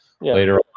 later